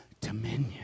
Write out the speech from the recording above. dominion